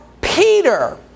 Peter